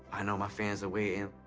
i know my fans are waiting.